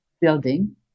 building